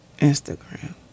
Instagram